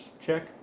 check